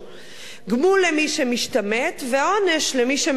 גמול למי שמשתמט והעונש למי שמשרת.